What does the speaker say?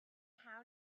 how